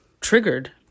triggered